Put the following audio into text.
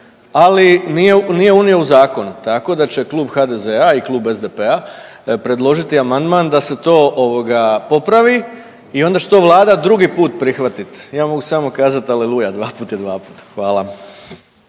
ali nije unio u zakon. Tako da će Klub HDZ-a i Klub SDP-a predložiti amandman da se to ovoga popravi i onda što vlada drugi put prihvatit. Ja mogu samo kazat aleluja dvaput je dvaput. Hvala.